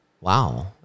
Wow